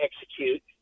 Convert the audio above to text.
execute